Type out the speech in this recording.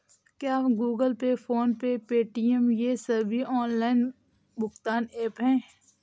क्या Google Pay PhonePe Paytm ये सभी ऑनलाइन भुगतान ऐप हैं?